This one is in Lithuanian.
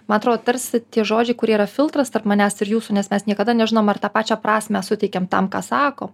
ma atro tarsi tie žodžiai kurie yra filtras tarp manęs ir jūsų nes mes niekada nežinom ar tą pačią prasmę suteikiam tam ką sakom